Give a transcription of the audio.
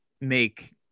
make